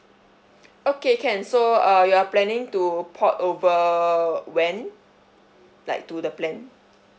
okay can so uh you are planning to port over when like to the plan